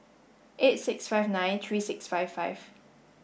eight six five nine three six five five